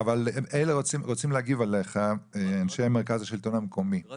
אבל אנשי מרכז השלטון המקומי רוצים להגיב .